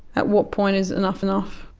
at what point is enough enough?